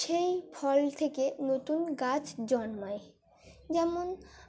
সেই ফল থেকে নতুন গাছ জন্মায় যেমন